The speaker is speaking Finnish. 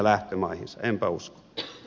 enpä usko